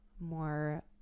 more